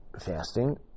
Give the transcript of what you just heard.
fasting